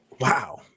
Wow